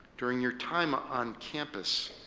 during your time on campus,